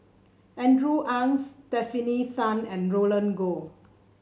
Andrew Ang Stefanie Sun and Roland Goh